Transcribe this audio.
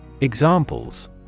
Examples